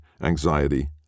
anxiety